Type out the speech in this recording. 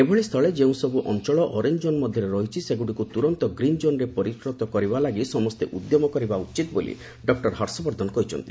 ଏଭଳି ସ୍ଥଳେ ଯେଉଁସବୁ ଅଞ୍ଚଳ ଅରେଞ୍ଚ କୋନ୍ ମଧ୍ୟରେ ରହିଛି ସେଗୁଡ଼ିକୁ ତୁରନ୍ତ ଗ୍ରୀନ୍ ଜୋନ୍ରେ ପରିରତ କରିବା ଲାଗି ସମସ୍ତେ ଉଦ୍ୟମ କରିବା ଉଚିତ ବୋଲି ଡକ୍କର ହର୍ଷବର୍ଦ୍ଧନ କହିଛନ୍ତି